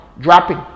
dropping